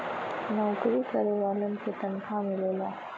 नऊकरी करे वालन के तनखा मिलला